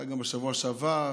אולי גם בשבוע שעבר,